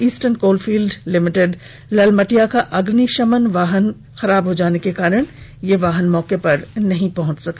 eastern coalfield limited Lalmatia का अग्निशमन वाहन खराब हो जाने के कारण मौके पर नहीं पहंच पाया